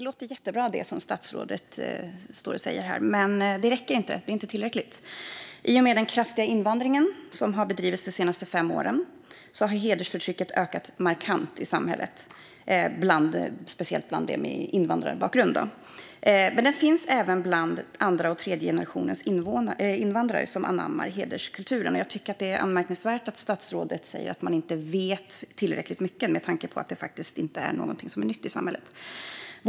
Fru talman! Det som statsrådet säger här låter jättebra, men det räcker inte. Det är inte tillräckligt. I och med den kraftiga invandringen de senaste fem åren har hedersförtrycket ökat markant i samhället, speciellt bland dem med invandrarbakgrund. Men förtrycket finns även bland andra och tredje generationens invandrare som anammar hederskulturen. Med tanke på att detta inte är någonting som är nytt i samhället tycker jag att det är anmärkningsvärt att statsrådet säger att man inte vet tillräckligt mycket.